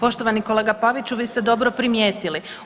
Poštovani kolega Paviću vi ste dobro primijetili.